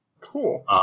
Cool